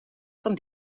van